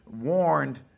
warned